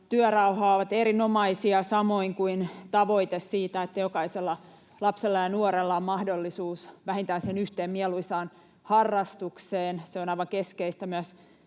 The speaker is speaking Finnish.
työrauhaan ovat erinomaisia, samoin kuin tavoite siitä, että jokaisella lapsella ja nuorella on mahdollisuus vähintään siihen yhteen mieluisaan harrastukseen. Se on aivan keskeistä myös